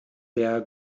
der